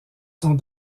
sont